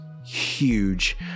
huge